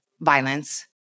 violence